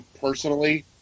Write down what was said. personally